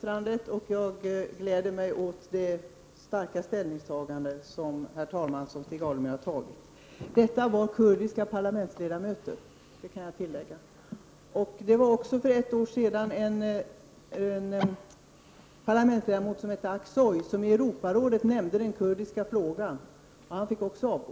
Herr talman! Jag vill tacka Stig Alemyr för detta yttrande, och jag gläder mig åt Stig Alemyrs starka ställningstagande. Det var alltså fråga om kurdiska parlamentsledamöter. För ett år sedan nämnde en parlamentledamot i Europarådet den kurdiska frågan. Han fick också avgå.